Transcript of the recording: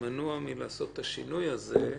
מנוע מלעשות את השינוי הזה,